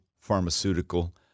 pharmaceutical